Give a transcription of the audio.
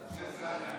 סעדה,